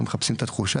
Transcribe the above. הם מחפשים את התחושה,